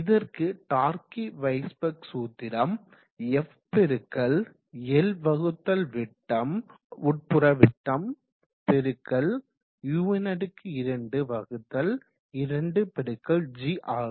அதற்கு டார்கி வைஸ்பெக் சூத்திரம் f பெருக்கல் L வகுத்தல் விட்டம் உட்புற விட்டம் பெருக்கல் u22g ஆகும்